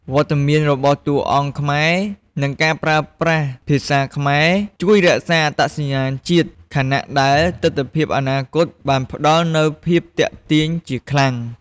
វត្តមានរបស់តួអង្គខ្មែរ និងការប្រើប្រាស់ភាសាខ្មែរ ជួយរក្សាអត្តសញ្ញាណជាតិ ខណៈដែលទិដ្ឋភាពអនាគតបានផ្តល់នូវភាពទាក់ទាញជាខ្លាំង ។